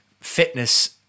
fitness